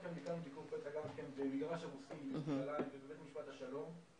הייתי במגרש הרוסים בבית משפט השלום בירושלים.